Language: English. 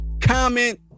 comment